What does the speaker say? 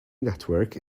network